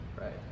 Right